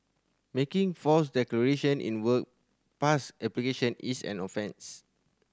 making false declaration in work pass application is an offence